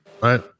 right